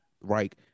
right